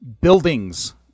buildings